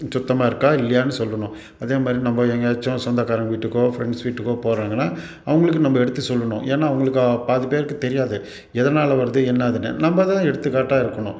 சுத்தமாக இருக்கா இல்லையான்னு சொல்லணும் அதேமாதிரி நம்ம எங்கேயாச்சும் சொந்தக்காரங்கள் வீட்டுக்கோ ஃப்ரெண்ட்ஸ் வீட்டுக்கோ போகிறாங்கன்னா அவங்களுக்கு நம்ம எடுத்து சொல்லணும் ஏன்னால் அவங்களுக்கு பாதி பேருக்கு தெரியாது எதனால் வருது என்னாதுன்னு நம்ம தான் எடுத்துக்காட்டாக இருக்கணும்